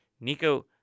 Nico